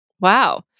Wow